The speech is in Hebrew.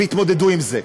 ויתמודדו עם זה.